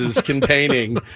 containing